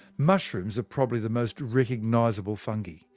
mushrooms are probably the most recognizable fungi,